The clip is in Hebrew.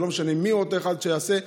ולא משנה מיהו אותו אחד שיעשה,